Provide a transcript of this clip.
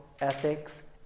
ethics